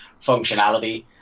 functionality